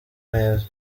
neza